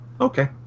Okay